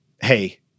hey